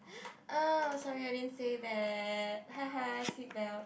oh sorry I didn't say that haha seatbelt